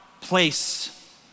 place